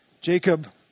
Jacob